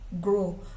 grow